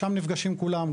שם נפגשים כולם,